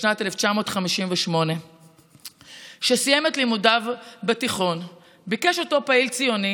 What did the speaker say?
בשנת 1958. כשסיים את לימודיו בתיכון ביקש אותו פעיל ציוני